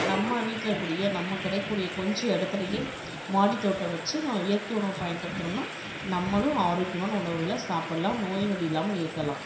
நம்ம வீட்டிலிருக்க கூடிய நம்ம கிடைக்க கூடிய கொஞ்சம் இடத்துலையே மாடி தோட்டம் வச்சு நம்ம இயற்கை உணவு பயன்படுத்தினோம்னா நம்மளும் ஆரோக்கியமான உணவுகளை சாப்பிட்லாம் நோய் நொடி இல்லாமல் இருக்கலாம்